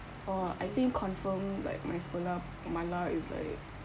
orh I think confirm like my sekolah mala is like